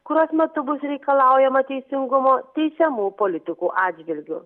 kurios metu bus reikalaujama teisingumo teisiamų politikų atžvilgiu